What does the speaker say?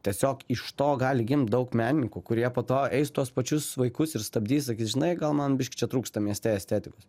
tiesiog iš to gali gimt daug menininkų kurie po to eis tuos pačius vaikus ir stabdys sakys žinai gal man biški čia trūksta mieste estetikos